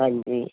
ਹਾਂਜੀ